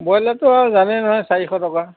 বয়লাৰটো আৰু জানেই নহয় চাৰিশ টকা